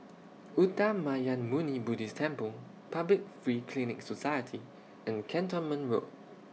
Uttamayanmuni Buddhist Temple Public Free Clinic Society and Cantonment Road